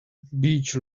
beach